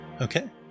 Okay